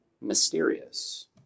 mysterious